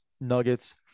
Nuggets